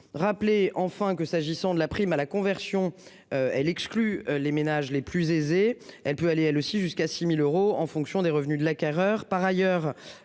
Rappeler enfin que s'agissant de la prime à la conversion. Elle exclut les ménages les plus aisés, elle peut aller elle aussi jusqu'à 6000 euros en fonction des revenus de l'acquéreur.